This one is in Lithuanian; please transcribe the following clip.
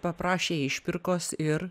paprašė išpirkos ir